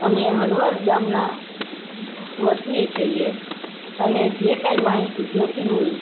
અમે હળવદ ગામના વતની છીએ અને જે કાંઇ માહિતી જોઈતી હોય